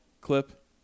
clip